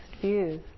views